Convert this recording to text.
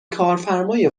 کارفرمای